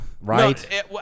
Right